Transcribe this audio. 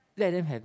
let them have